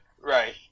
right